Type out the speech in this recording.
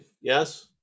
yes